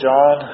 John